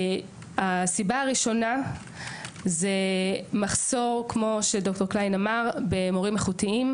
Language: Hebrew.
הסיבה הראשונה היא מחסור במורים איכותיים,